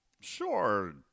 Sure